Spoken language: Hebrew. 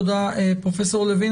תודה פרופסור לוין,